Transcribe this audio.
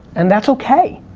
and that's okay.